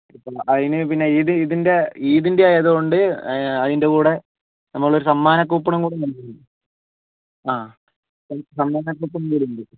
അതിന് പിന്നെ ഈദ് ഇതിൻ്റെ ഈദിൻ്റെ ആയതുകൊണ്ട് അതിൻ്റെകൂടെ നമ്മൾ സമ്മാനക്കൂപ്പണും കൂടി നൽകുന്നുണ്ട് ആ സമ്മാനക്കൂപ്പൺ കൂടെ ഉണ്ട്